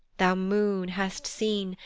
thou moon hast seen,